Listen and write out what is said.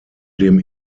dem